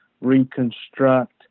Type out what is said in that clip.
reconstruct